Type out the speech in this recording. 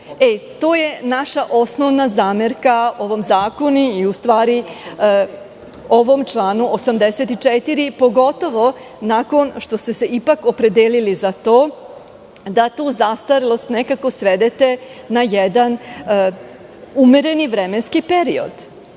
To je naša osnovna zamerka u zakonu i ovom članu 84, pogotovo što ste se ipak opredelili za to da tu zastarelost nekako svedete na jedan umereni vremenski period.